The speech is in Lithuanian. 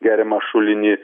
geriamą šulinį